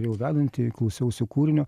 jau vedantieji klausiausi kūrinio